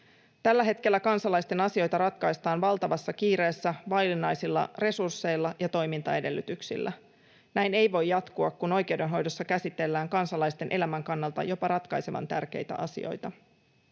Tällä hetkellä kansalaisten asioita ratkaistaan valtavassa kiireessä vaillinaisilla resursseilla ja toimintaedellytyksillä. Näin ei voi jatkua, kun oikeudenhoidossa käsitellään kansalaisten elämän kannalta jopa ratkaisevan tärkeitä asioita.